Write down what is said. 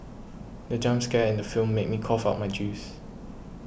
the jump scare in the film made me cough out my juice